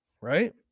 right